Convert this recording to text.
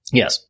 yes